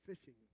fishing